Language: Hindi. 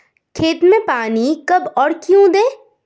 खेत में पानी कब और क्यों दें?